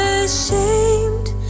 ashamed